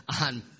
on